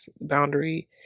boundary